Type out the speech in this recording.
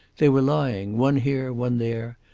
they were lying, one here, one there,